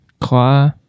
Claw